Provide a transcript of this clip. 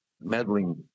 meddling